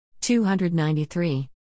293